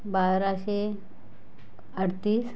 बाराशे अडतीस